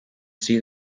see